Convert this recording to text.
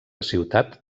ciutat